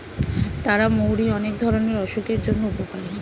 তারা মৌরি অনেক ধরণের অসুখের জন্য উপকারী